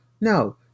No